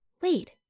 Wait